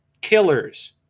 killers